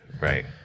right